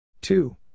Two